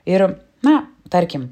ir na tarkim